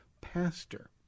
pastor